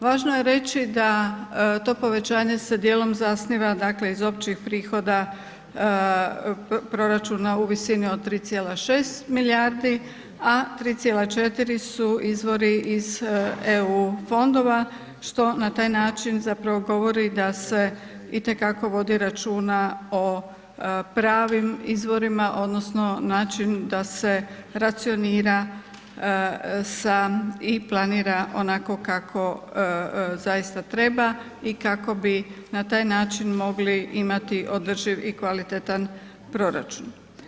Važno je reći da se to povećanje dijelom zasniva iz općih prihoda proračuna u visini od 3,6 milijardi, a 3,4 su izvori iz eu fondova što na taj način zapravo govori da se itekako vodi računa o pravim izvorima odnosno način da se racionira sa i planira onako kako zaista treba i kako bi na taj način mogli imati održiv i kvalitetan proračun.